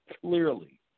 clearly